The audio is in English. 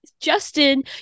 Justin